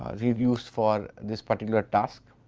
reviews for this particular task,